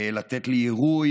לתת לי עירוי